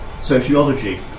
sociology